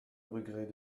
regret